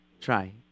Try